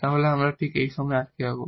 তাহলে আমরা ঠিক এই সময়ে আটকে যাব